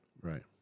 Right